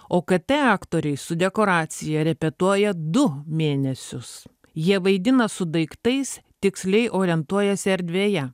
okt aktoriai su dekoracija repetuoja du mėnesius jie vaidina su daiktais tiksliai orientuojasi erdvėje